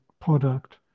product